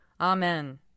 Amen